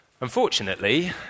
Unfortunately